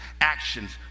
actions